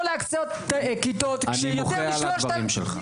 להקצות כיתות -- אני מוחה על הדברים שלך.